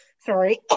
sorry